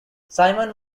simon